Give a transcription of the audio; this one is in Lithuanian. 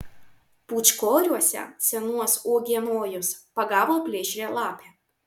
pūčkoriuose senuos uogienojuos pagavo plėšrią lapę